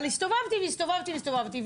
הסתובבתי, והסתובבתי, והסתובבתי.